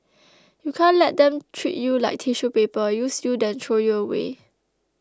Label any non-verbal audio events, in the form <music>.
<noise> you can't let them treat you like tissue paper use you then throw you away